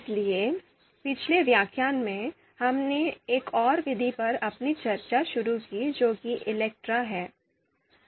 इसलिए पिछले व्याख्यान में हमने एक और विधि पर अपनी चर्चा शुरू की जो कि इलेक्ट्रा है